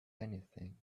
anything